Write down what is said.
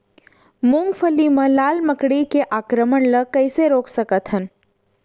मूंगफली मा लाल मकड़ी के आक्रमण ला कइसे रोक सकत हन?